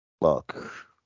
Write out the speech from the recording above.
Look